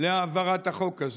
להעברת החוק הזה.